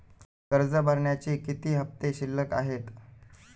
कर्ज भरण्याचे किती हफ्ते शिल्लक आहेत?